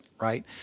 right